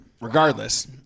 Regardless